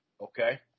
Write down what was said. Okay